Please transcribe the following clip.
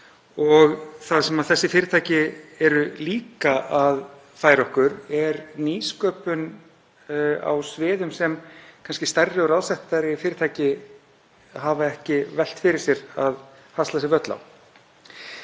Það sem þessi fyrirtæki eru líka að færa okkur er nýsköpun á sviðum sem stærri og ráðsettari fyrirtæki hafa kannski ekki velt fyrir sér að hasla sér völl á.